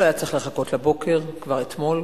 לא היה צריך לחכות לבוקר, כבר אתמול,